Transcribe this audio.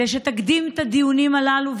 שתקדים את הדיונים הללו,